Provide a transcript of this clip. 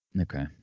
okay